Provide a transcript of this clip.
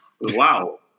Wow